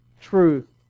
truth